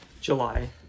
july